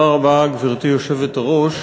גברתי היושבת-ראש,